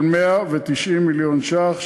של 190 מיליון ש"ח,